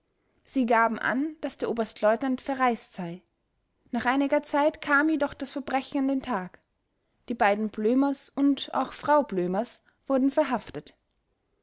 sie gaben an daß der oberstleutnant verreist sei nach einiger zeit kam jedoch das verbrechen an den tag die beiden blömers und auch frau blömers wurden verhaftet